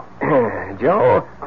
Joe